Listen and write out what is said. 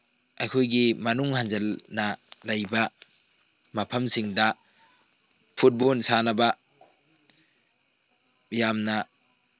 ꯑꯩꯈꯣꯏꯒꯤ ꯃꯅꯨꯡ ꯍꯟꯖꯤꯟꯅ ꯂꯩꯕ ꯃꯐꯝꯁꯤꯡꯗ ꯐꯨꯠꯕꯣꯟ ꯁꯥꯅꯕ ꯌꯥꯝꯅ